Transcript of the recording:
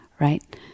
right